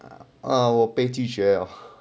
啊我被拒绝了